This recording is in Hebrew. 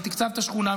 תקצבת שכונה?